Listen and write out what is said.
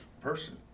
person